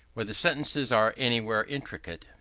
where the sentences are anywise intricate.